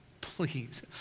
Please